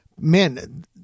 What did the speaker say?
Man